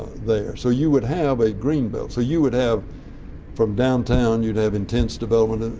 there. so you would have a greenbelt. so you would have from downtown you'd have intense development,